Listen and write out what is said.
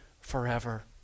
forever